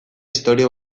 historia